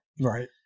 right